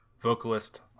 vocalist